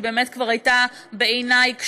שהיא באמת כבר הייתה בעיניי קשישה,